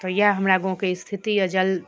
तऽ यएह हमरा गाँवके स्थिति यऽ जल